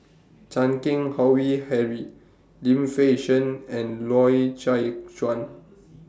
Chan Keng Howe Harry Lim Fei Shen and Loy Chye Chuan